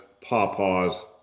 pawpaws